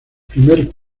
primer